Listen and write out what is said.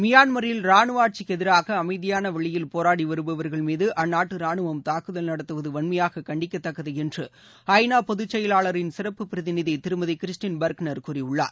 மியான்மரில் ரானுவஆட்சிக்குஎதிராகஅமைதியானவழியில் போராடிவருபவர்கள் மீதுஅந்நாட்டுரானுவம் நடத்துவதுவன்மையாககண்டிக்கத்தக்கதுஎன்றுஐநாபொதுச் செயலாளரின் தாக்குதல் சிறப்பு பிரதிநிதிதிருமதிகிறிஸ்டின் பர்க்னர் கூறியுள்ளார்